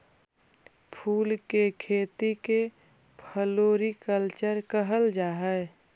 फूल के खेती के फ्लोरीकल्चर कहल जा हई